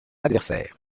adversaire